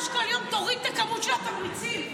תוריד את הכמות של התמריצים.